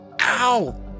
Ow